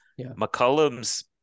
McCollum's